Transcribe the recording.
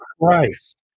Christ